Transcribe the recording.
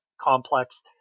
complex